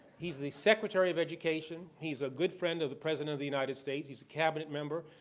he's the secretary of education. he's a good friend of the president of the united states. he's a cabinet member.